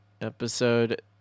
episode